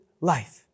life